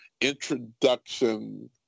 introduction